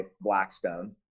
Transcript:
Blackstone